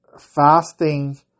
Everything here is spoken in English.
fasting